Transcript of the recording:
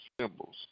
symbols